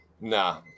Nah